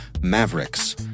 Mavericks